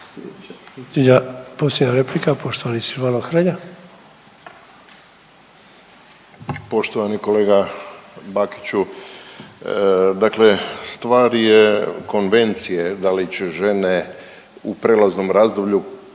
Silvano Hrelja. **Hrelja, Silvano (Nezavisni)** Poštovani kolega Bakiću, dakle stvar je konvencije da li će žene u prijelaznom razdoblju